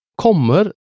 Kommer